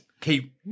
keep